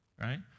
right